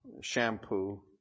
shampoo